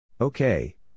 Okay